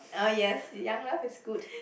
uh yes Young Love is good